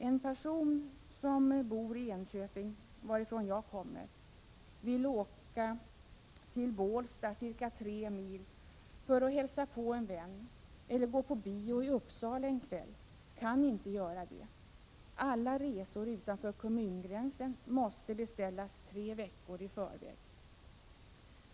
En person som bor i Enköping, varifrån jag kommer, och vill åka till Bålsta, ca tre mil, för att hälsa på en vän eller gå på bio i Uppsala en kväll kan inte göra det. Alla resor utanför kommungränsen måste beställas tre veckor i förväg.